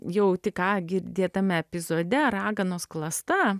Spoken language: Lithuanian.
jau tik ką girdėtame epizode raganos klasta